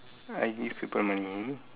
I give people money